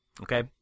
Okay